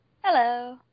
Hello